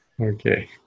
Okay